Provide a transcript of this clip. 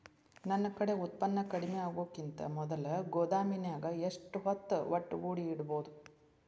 ನನ್ ಕಡೆ ಉತ್ಪನ್ನ ಕಡಿಮಿ ಆಗುಕಿಂತ ಮೊದಲ ಗೋದಾಮಿನ್ಯಾಗ ಎಷ್ಟ ಹೊತ್ತ ಒಟ್ಟುಗೂಡಿ ಇಡ್ಬೋದು?